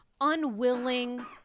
unwilling